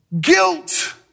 guilt